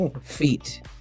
feet